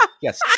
yes